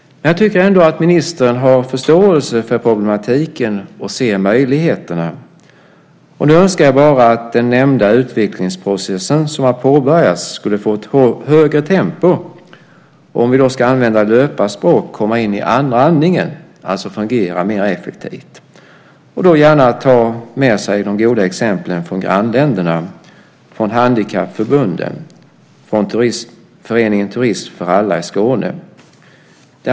Jag tycker ändå att ministern har förståelse för problematiken och ser möjligheterna. Nu önskar jag bara att den nämnda utvecklingsprocessen som har påbörjats skulle få ett högre tempo och, om vi ska använda löparspråk, komma in i andra andningen, det vill säga fungera mer effektivt. Man kan gärna ta med sig de goda exemplen från grannländerna, handikappförbunden och Föreningen turism för alla i Skåne.